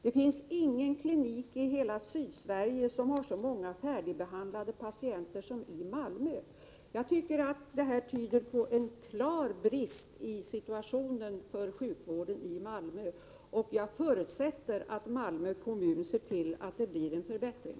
Det finns ingen klinik i hela Sydsverige som har så många färdigbehandlade patienter som den kliniken i Malmö. Jag tycker att detta tyder på en klar brist i sjukvårdssituationen i Malmö. Jag förutsätter att Malmö kommun ser till att det blir en förbättring.